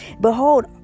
behold